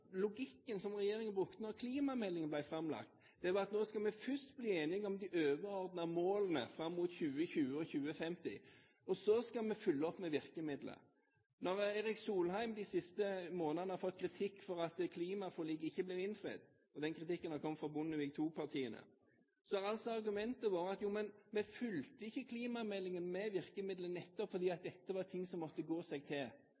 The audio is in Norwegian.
Logikken som regjeringen brukte da klimameldingen ble framlagt, var at nå skal vi først bli enige om de overordnede målene fram mot 2020 og 2050 – og så skal vi fylle opp med virkemidler. Når Erik Solheim de siste månedene har fått kritikk for at klimaforliket ikke ble innfridd – og den kritikken har kommet fra Bondevik II-partiene – så har argumentet vært at vi fylte ikke klimameldingen med virkemidler nettopp fordi dette var ting som måtte gå seg til.